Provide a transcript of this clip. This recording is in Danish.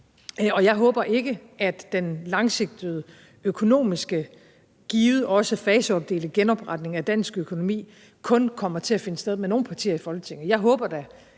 Jeg håber ikke, at den langsigtede økonomiske givet også den faseopdelte genopretning af dansk økonomi kun kommer til at finde sted med nogle partier i Folketinget. Jeg håber da,